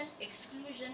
exclusion